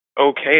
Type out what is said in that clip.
okay